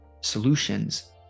solutions